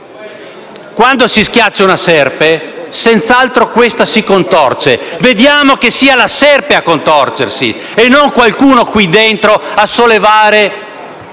Quando si schiaccia una serpe senz'altro questa si contorce: cerchiamo di fare in modo che sia la serpe a contorcersi e non qualcuno qui dentro a sollevare